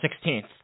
sixteenth